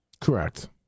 Correct